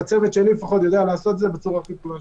הצוות שלי לפחות יודע לעשות את זה בצורה הכי טובה.